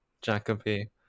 Jacoby